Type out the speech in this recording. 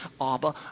Abba